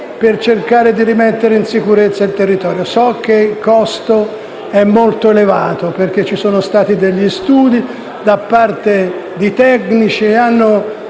per cercare di rimettere in sicurezza il territorio. So che il costo è molto elevato, perché ci sono stati degli studi da parte di tecnici, che hanno